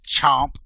chomp